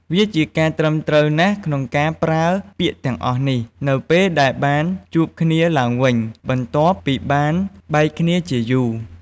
វាជាការត្រឹមត្រូវណាស់ ក្នុងការប្រើពាក្យទាំងអស់នេះ នៅពេលដែលបានជួបគ្នាឡើងវិញ បន្ទាប់ពីបានបែកគ្នាជាយូរ។